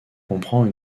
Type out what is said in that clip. comprend